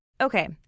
Okay